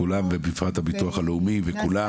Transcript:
כולם ובפרט הביטוח הלאומי וכולם,